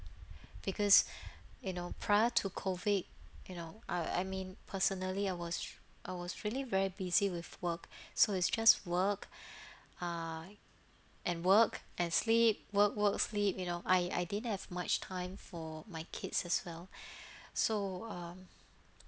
because you know prior to COVID you know I I mean personally I was I was really very busy with work so is just work uh and work and sleep work work sleep you know I I didn't have much time for my kids as well so um